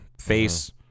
face